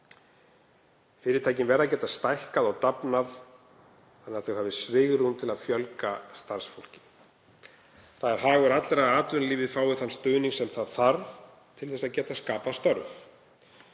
Fyrirtækin verða að geta stækkað og dafnað þannig að þau hafi svigrúm til að fjölga starfsfólki. Það er hagur allra að atvinnulífið fái þann stuðning sem það þarf til þess að geta skapað störf.